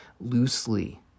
loosely